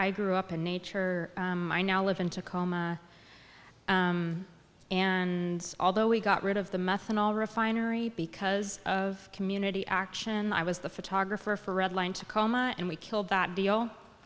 i grew up in nature i now live in tacoma and although we got rid of the methanol refinery because of community action i was the photographer for redlined tacoma and we killed that deal